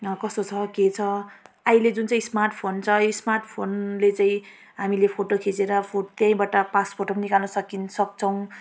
न कस्तो छ के छ अहिले जुन चाहिँ स्मार्ट फोन छ यो स्मार्टफोनले चाहिँ हामीले फोटो खिचेर फो त्यहीँबाट पास फोटो निकाल्नु सकिन् सक्छौँ